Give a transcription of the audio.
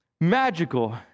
magical